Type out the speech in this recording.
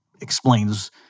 explains